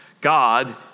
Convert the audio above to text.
God